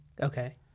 okay